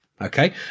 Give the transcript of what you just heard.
Okay